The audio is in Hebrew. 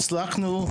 הצלחנו,